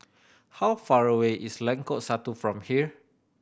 how far away is Lengkok Satu from here